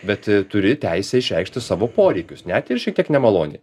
bet turi teisę išreikšti savo poreikius net ir šiek tiek nemaloniai